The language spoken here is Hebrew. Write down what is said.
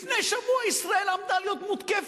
לפני שבוע ישראל כמעט עמדה להיות מותקפת,